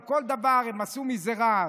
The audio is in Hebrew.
על כל דבר הם עשו רעש.